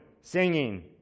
Singing